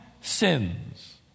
sins